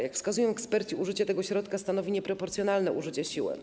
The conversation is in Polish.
Jak wskazują eksperci, użycie tego środka stanowi nieproporcjonalne użycie siły.